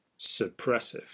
suppressive